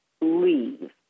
leave